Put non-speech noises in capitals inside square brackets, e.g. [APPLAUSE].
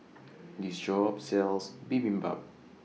[NOISE] This Shop sells Bibimbap